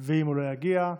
ואם הוא לא יגיע,